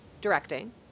directing